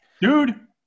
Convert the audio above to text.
dude